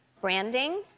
branding